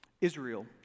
Israel